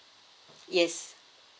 yes